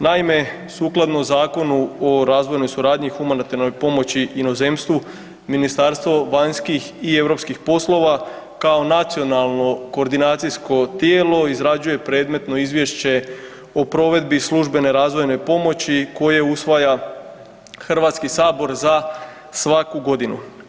Naime, sukladno Zakonu o razvojnoj suradnji i humanitarnoj pomoći inozemstvu Ministarstvo vanjskih i europskih poslova kao nacionalno koordinacijsko tijelo izrađuje predmetno izvješće o provedbi službene razvojne pomoći koje usvaja Hrvatski sabor za svaku godinu.